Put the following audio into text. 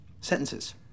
sentences